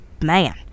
man